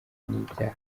n’ibyaha